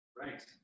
Right